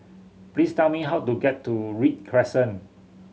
please tell me how to get to Read Crescent